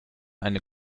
eine